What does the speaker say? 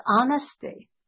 honesty